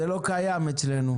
זה לא קיים אצלנו.